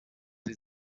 sie